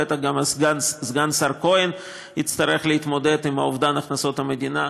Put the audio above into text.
בטח גם סגן השר כהן יצטרך להתמודד עם אובדן הכנסות המדינה.